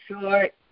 short